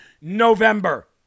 November